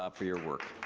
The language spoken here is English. ah for your work.